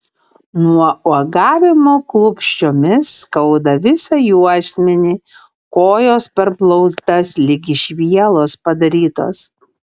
nuo uogavimo klupsčiomis skauda visą juosmenį kojos per blauzdas lyg iš vielos padarytos